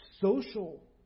social